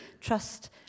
trust